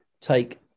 take